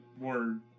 word